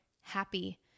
happy